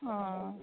অঁ